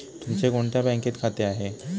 तुमचे कोणत्या बँकेत खाते आहे?